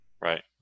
Right